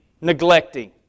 neglecting